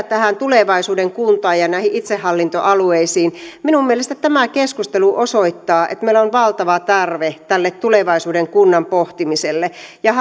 tähän tulevaisuuden kuntaan ja näihin itsehallintoalueisiin minun mielestäni tämä keskustelu osoittaa että meillä on valtava tarve tälle tulevaisuuden kunnan pohtimiselle ja